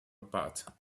apart